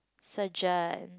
surgeon